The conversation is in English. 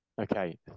okay